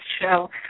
show